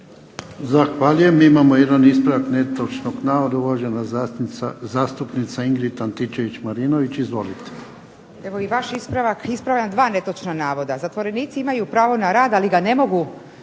Zahvaljujem. Imamo jedan ispravak netočnog navoda, uvažena zastupnica Ingrid Antičević-Marinović. Izvolite. **Antičević Marinović, Ingrid (SDP)** Evo i vaš ispravak, ispravljam 2 netočna navoda. Zatvorenici imaju pravo na rad, ali ga ne mogu,